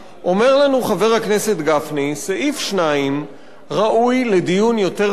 אומר לנו חבר הכנסת גפני: סעיף 2 ראוי לדיון יותר מעמיק,